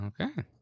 okay